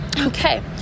okay